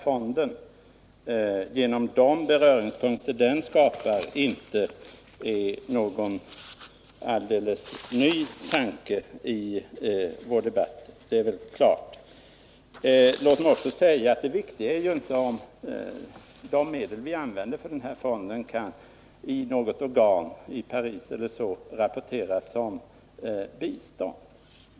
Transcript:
Fonden innebär alltså inte någon ny och annorlunda handlingslinje — det är väl helt klart. Låt mig också säga att det viktiga inte är om de medel vi använder till fonden kan rapporteras som bistånd i något organ i Paris.